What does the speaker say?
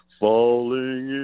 falling